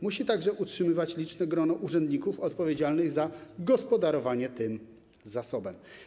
Musi także utrzymywać liczne grono urzędników odpowiedzialnych za gospodarowanie tym zasobem.